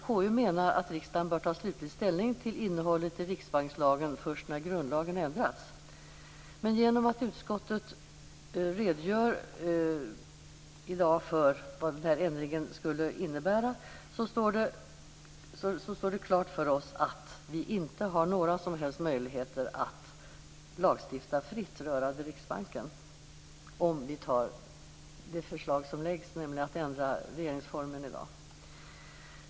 KU menar att riksdagen bör ta slutlig ställning till innehållet i riksbankslagen först när grundlagen ändrats. Genom utskottets redogörelse för vad den ändringen skulle innebära står det dock klart att vi inte har några som helst möjligheter att lagstifta fritt rörande Riksbanken, om vi i dag antar det framlagda förslaget till ändring av regeringsformen.